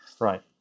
Right